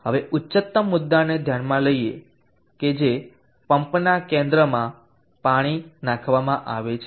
હવે ઉચ્ચતમ મુદ્દાને ધ્યાનમાં લઈએ કે જે પંપના કેન્દ્રમાં પાણી નાખવામાં આવે છે